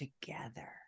together